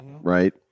Right